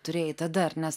turėjai tada ar nes